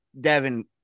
Devin